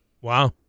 Wow